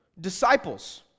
disciples